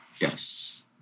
Yes